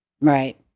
Right